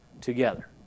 together